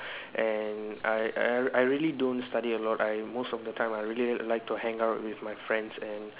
and I I I really don't study a lot I most of the time I really like to hang out with my friends and